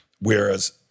Whereas